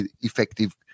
effective